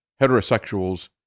heterosexuals